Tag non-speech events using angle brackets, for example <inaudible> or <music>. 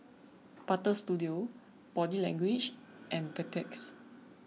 Butter Studio Body Language and <noise> Beautex